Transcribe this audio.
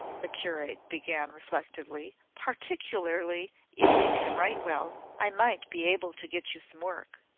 the curate began reflectively, particularly if you can write well, i might be able to get you some work.